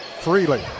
Freely